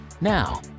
Now